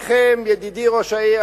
ידידי ראש העיר,